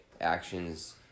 actions